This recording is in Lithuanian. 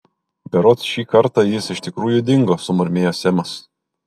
berods šį kartą jis iš tikrųjų dingo sumurmėjo semas